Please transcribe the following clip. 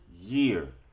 year